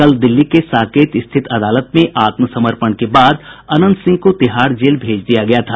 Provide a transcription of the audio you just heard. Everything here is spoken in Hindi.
कल दिल्ली के साकेत स्थित अदालत में आत्मसमर्पण के बाद अनंत सिंह को तिहाड़ जेल भेज दिया गया था